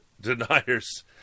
deniers